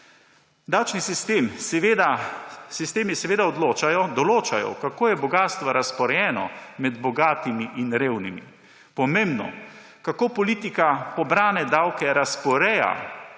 Davčni sistemi seveda določajo, kako je bogastvo razporejeno med bogatimi in revnimi – pomembno! – kako politika pobrane davke razporeja.